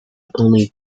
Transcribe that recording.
only